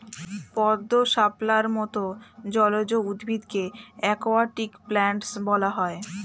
পদ্ম, শাপলার মত জলজ উদ্ভিদকে অ্যাকোয়াটিক প্ল্যান্টস বলা হয়